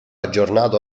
aggiornato